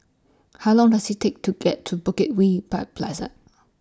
How Long Does IT Take to get to Bukit Way By Plaza